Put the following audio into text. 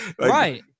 Right